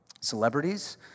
celebrities